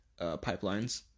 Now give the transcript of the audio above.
pipelines